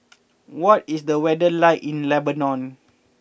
what is the weather like in Lebanon